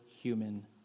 human